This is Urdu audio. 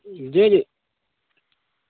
جی جی